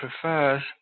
prefers